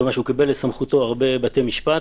כיוון שהוא קיבל לסמכותו הרבה בתי משפט,